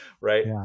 Right